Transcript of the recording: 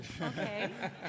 Okay